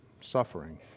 suffering